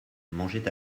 mangeait